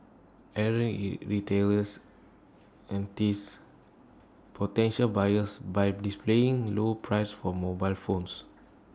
errant retailers entice potential buyers by displaying low prices for mobile phones